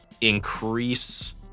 increase